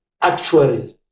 actuaries